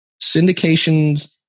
Syndications